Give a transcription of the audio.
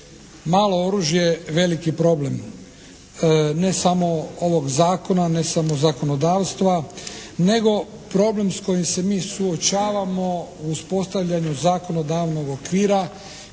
Malo oružje veliki problem. Ne samo ovog zakona, ne samo zakonodavstva nego problem s kojim se mi suočavamo u uspostavljanju zakonodavnog okvira